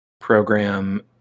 program